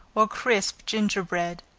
or crisp ginger-bread.